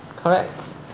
correct